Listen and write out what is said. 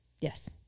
Yes